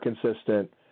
consistent